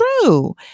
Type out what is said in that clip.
true